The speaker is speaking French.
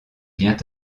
vient